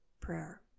prayer